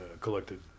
collected